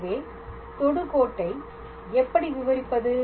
எனவே தொடுகோட்டை எப்படி விவரிப்பது